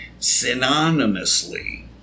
synonymously